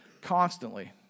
constantly